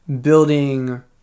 building